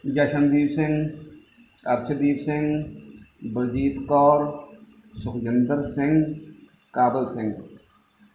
Jashandeep Singh Arshdeep Singh Baljit Kaur Sukhjinder Singh Kabal Singh